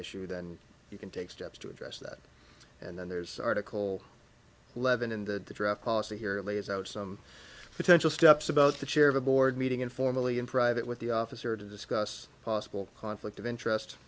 issue then you can take steps to address that and then there's article levin in the draft policy here lays out some potential steps about the chair of a board meeting informally in private with the officer to discuss possible conflict of interest